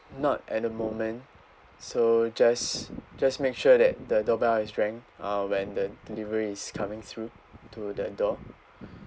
not at the moment so just just make sure that the doorbell is rang uh when then the delivery coming through to the door